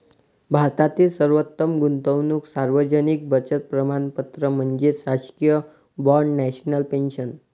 भारतातील सर्वोत्तम गुंतवणूक सार्वजनिक बचत प्रमाणपत्र म्हणजे शासकीय बाँड नॅशनल पेन्शन